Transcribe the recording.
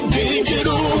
digital